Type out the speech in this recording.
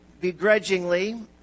begrudgingly